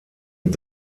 mit